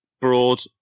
Broad